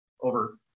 over